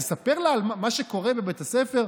לספר לה מה שקורה בבית הספר?